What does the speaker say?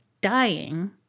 dying